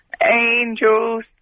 Angels